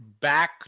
back